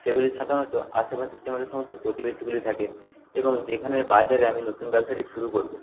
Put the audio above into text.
সেগুলি সাধারণত আশেপাশের যে আমাদের সমস্ত প্রতিবেশীগুলি থাকে এবং যেখানের বাজারে আমি নতুন ব্যবসাটি শুরু করবো